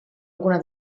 alguna